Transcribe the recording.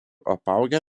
apaugę